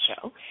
show